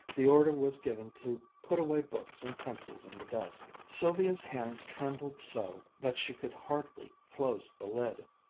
the order was given to put away books and pencils in the desks. sylvia's hands trembled so that she could hardly close the lid.